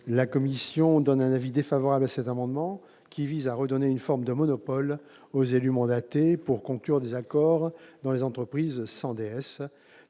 La commission est également défavorable à l'amendement n° 76, qui vise à redonner une forme de monopole aux élus mandatés pour conclure des accords dans les entreprises sans